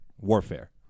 warfare